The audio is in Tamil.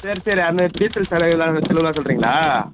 சரி சரி அந்த டீசல் செலவு எல்லாம் செலவெல்லாம் சொல்கிறீங்களா